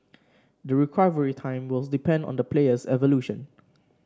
the recovery time will depend on the player's evolution